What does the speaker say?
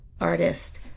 artist